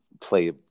play